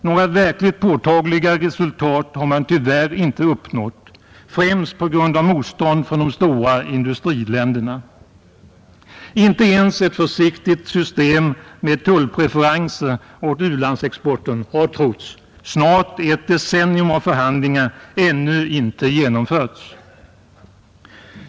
Några verkligt påtagliga resultat har man tyvärr inte uppnått, främst på grund av motstånd från de stora industriländerna. Inte ens ett försiktigt system med tullpreferenser åt u-landsexporten har, trots snart ett decennium av förhandlingar ännu genomförts.